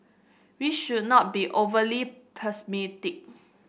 we should not be overly pessimistic